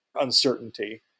uncertainty